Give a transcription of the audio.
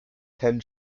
ten